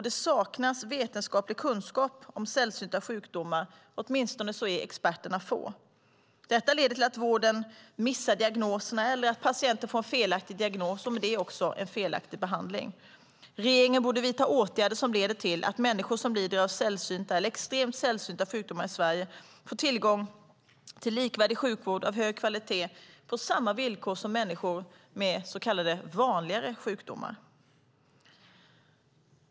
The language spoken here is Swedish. Det saknas vetenskaplig kunskap om sällsynta sjukdomar, och experterna är få. Detta leder till att vården missar diagnoserna eller att patienten får en felaktig diagnos och i och med det också en felaktig behandling. Regeringen bör vidta åtgärder som leder till att människor som lider av sällsynta eller extremt sällsynta sjukdomar i Sverige får tillgång till likvärdig sjukvård av hög kvalitet på samma villkor som människor med så kallade vanligare sjukdomar.